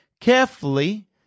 carefully